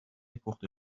پخته